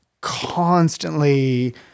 constantly